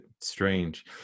strange